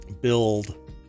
build